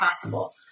possible